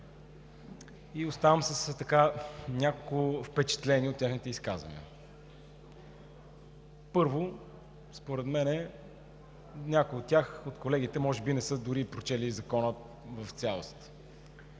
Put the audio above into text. и оставам с няколко впечатления от техните изказвания. Първо, според мен някои от колегите може би дори и не са прочели Закона в цялост,